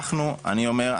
אני אומר,